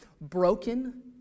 Broken